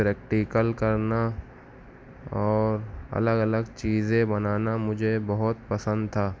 practical کرنا اور الگ الگ چیزیں بنانا مجھے بہت پسند تھا